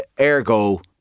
Ergo